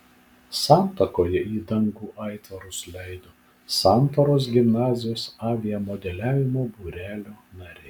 santakoje į dangų aitvarus leido santaros gimnazijos aviamodeliavimo būrelio nariai